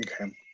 Okay